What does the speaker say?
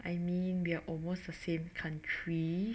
I mean we're almost the same country